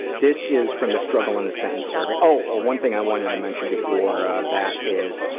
this is from the struggle in a sentence survey oh, one thing i wanted to mention before that is,